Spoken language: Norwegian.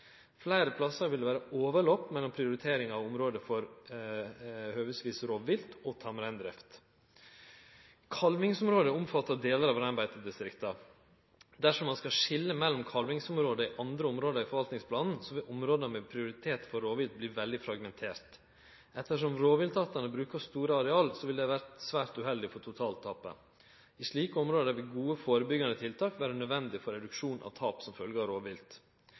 Fleire plassar vil det vere overlapping mellom prioriteringar av område for høvesvis rovvilt og tamreindrift. Kalvingsområda omfattar delar av reinbeitedistrikta. Dersom ein skal skilje mellom kalvingsområde og dei andre områda i forvaltningsplanen, vil områda med prioritet for rovvilt verte veldig fragmenterte. Ettersom rovviltartane brukar store areal, ville dette vore svært uheldig for totaltapet. I slike område vil gode førebyggjande tiltak vere nødvendige for reduksjon av tap som